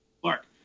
Clark